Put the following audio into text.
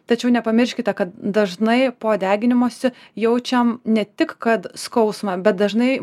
tačiau nepamirškite kad dažnai po deginimosi jaučiam ne tik kad skausmą bet dažnai